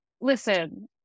Listen